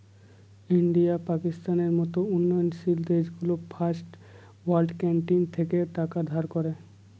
India, পাকিস্তানের মত উন্নয়নশীল দেশগুলো ফার্স্ট ওয়ার্ল্ড কান্ট্রি থেকে টাকা ধার করে